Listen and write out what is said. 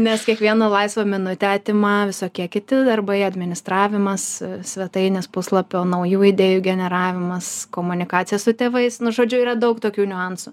nes kiekvieną laisvą minutę atima visokie kiti darbai administravimas svetainės puslapio naujų idėjų generavimas komunikacija su tėvais nu žodžiu yra daug tokių niuansų